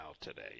today